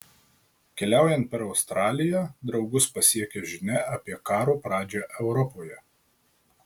keliaujant per australiją draugus pasiekia žinia apie karo pradžią europoje